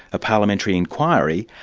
a parliamentary inquiry,